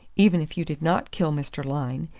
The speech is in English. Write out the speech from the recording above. even if you did not kill mr. lyne,